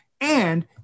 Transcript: And-